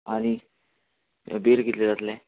आनी बील कितलें जातलें